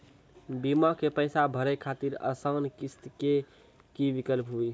बीमा के पैसा भरे खातिर आसान किस्त के का विकल्प हुई?